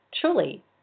truly